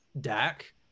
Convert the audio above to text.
Dak